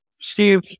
Steve